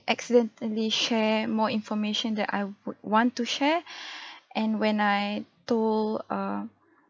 accidentally share more information that I would want to share and when I told err